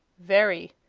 very.